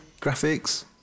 graphics